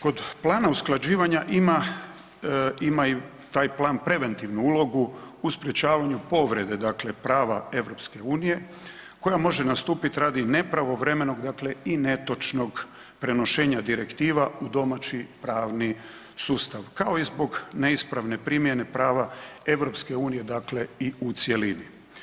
Kod plana usklađivanja ima, ima i taj plan preventivnu ulogu u sprječavanju povrede dakle prava EU koja može nastupiti radi nepravovremenog dakle i netočnog prenošenja direktiva u domaći pravni sustav kao i zbog neispravne primjene prava EU, dakle i u cjelini.